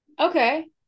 Okay